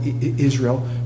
Israel